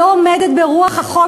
שלא עומדת ברוח החוק,